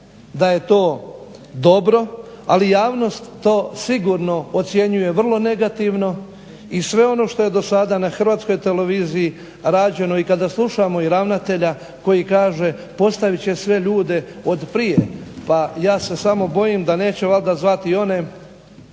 da je to dobro, ali javnost to sigurno ocjenjuje vrlo negativno i sve ono što je do sada na Hrvatskoj televiziji rađeno i kada slušamo i ravnatelja koji kaže postavit će sve ljude od prije. Pa ja se samo bojim da neće valjda zvati i one